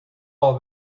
all